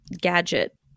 gadget